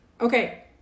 Okay